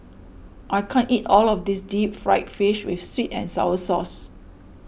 I can't eat all of this Deep Fried Fish with Sweet and Sour Sauce